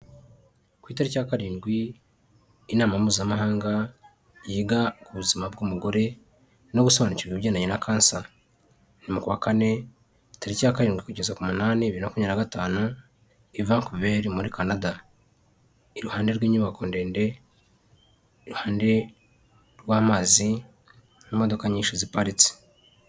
Ku itariki ya karindwi inama mpuzamahanga yiga ku buzima bw'umugore no gusobanukirwa ibigendanye na kansa, ni mu kwa kane tariki ya karindwi kugeza k'umunani bibiri na makumyabiri na gatanu i Vankuveri muri Kanada, iruhande rw'inyubako ndende iruhande rw'amazi n'imodoka nyinshi ziparitse.